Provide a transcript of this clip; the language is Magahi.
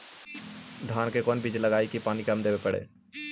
धान के कोन बिज लगईऐ कि पानी कम देवे पड़े?